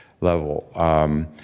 level